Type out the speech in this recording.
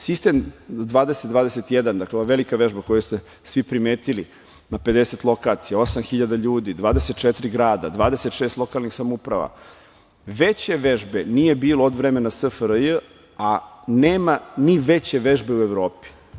Sistem 20/21, dakle ova velika vežba koju ste svi primetili na 50 lokacija, 8.000 ljudi, 24 grada, 26 lokalnih samouprava, veće vežbe nije bilo od vremena SFRJ, a nema ni veće vežbe u Evropi.